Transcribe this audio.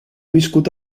viscut